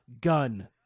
gun